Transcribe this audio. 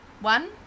one